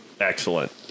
Excellent